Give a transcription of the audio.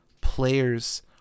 players